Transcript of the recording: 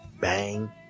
bang